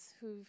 who've